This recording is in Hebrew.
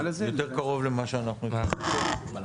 קרוב למה שאנחנו --- הממשלה מסכימה לזה?